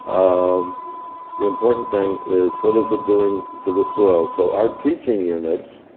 um the important thing is what is it doing to the soil? so our teaching units,